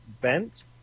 Bent